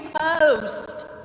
post